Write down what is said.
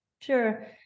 sure